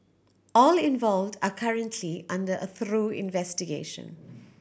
all involved are currently under a through investigation